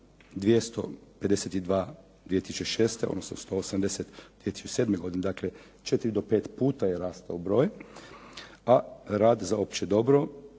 252 2006., odnosno 180 2007. godine, dakle 4 do 5 puta je rastao broj, a rad za opće dobro